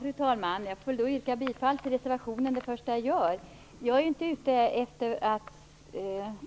Fru talman! Jag får yrka bifall till vår reservation som det första jag gör. Jag är inte ute efter att